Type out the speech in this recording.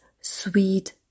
sweet